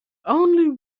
only